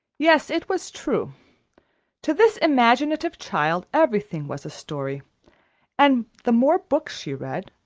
yes, it was true to this imaginative child everything was a story and the more books she read,